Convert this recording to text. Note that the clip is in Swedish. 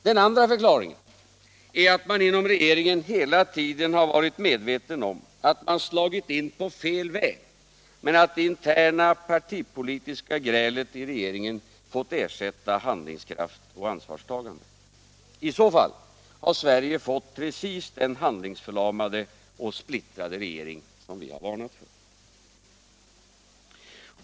Den andra förklaringen är att man inom regeringen hela tiden varit medveten om att man slagit in på fel väg men att det interna partipolitiska grälet i regeringen fått ersätta handlingskraft och ansvarstagande. I så fall har Sverige fått precis den handlingsförlamade och splittrade regering som vi har varnat för.